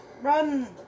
run